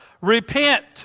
Repent